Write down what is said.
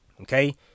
Okay